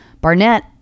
barnett